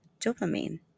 dopamine